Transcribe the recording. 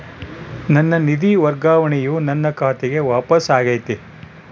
ನನ್ನ ನಿಧಿ ವರ್ಗಾವಣೆಯು ನನ್ನ ಖಾತೆಗೆ ವಾಪಸ್ ಆಗೈತಿ